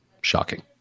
Shocking